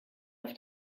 auf